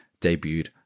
debuted